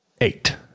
Eight